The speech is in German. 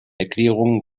erklärungen